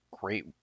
great